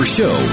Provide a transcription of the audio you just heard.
show